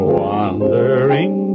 wandering